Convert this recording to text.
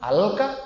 Alka